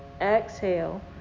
exhale